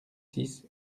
six